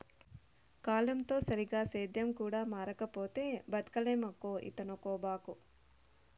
కాలంతో సరిగా సేద్యం కూడా మారకపోతే బతకలేమక్కో ఇంతనుకోబాకు